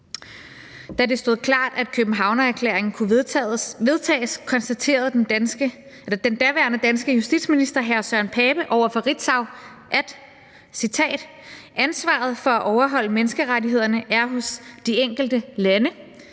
Da det stod klart, at Københavnerklæringen kunne vedtages, konstaterede den daværende danske justitsminister, hr. Søren Pape Poulsen, over for Ritzau: Ansvaret for at overholde menneskerettighederne er hos de enkelte lande,